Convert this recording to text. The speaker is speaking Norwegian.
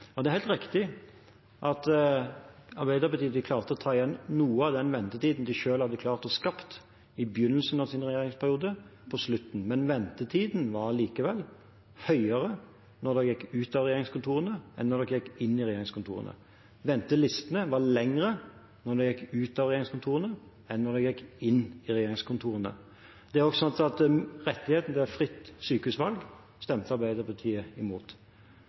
Det er helt riktig at Arbeiderpartiet klarte å ta igjen noe av den ventetiden de selv hadde klart å skape i begynnelsen av sin regjeringsperiode, på slutten, men ventetiden var likevel høyere da de gikk ut av regjeringskontorene, enn da de gikk inn i regjeringskontorene. Ventelistene var lengre da de gikk ut av regjeringskontorene, enn da de gikk inn i regjeringskontorene. Rettigheten til fritt sykehusvalg stemte Arbeiderpartiet imot. Pasientenes rettighet til å få en medisinsk tidsfrist for behandling var en rettighet som Arbeiderpartiet kjempet imot.